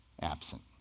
absent